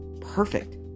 perfect